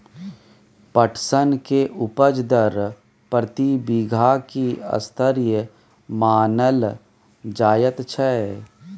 पटसन के उपज दर प्रति बीघा की स्तरीय मानल जायत छै?